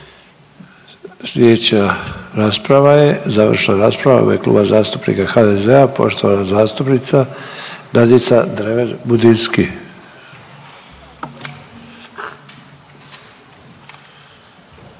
Sljedeća rasprava je, završna rasprava u ime Kluba HDZ-a, poštovana zastupnica Nadica Dreven Budinski.